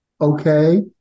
okay